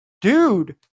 dude